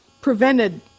prevented